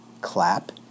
clap